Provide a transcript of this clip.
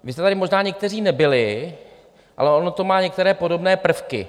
Vy jste tady možná někteří nebyli, ale ono to má některé podobné prvky.